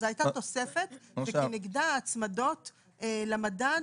זה הייתה תוספת וכנגדה הצמדות למדד